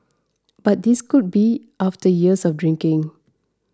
but this could be after years of drinking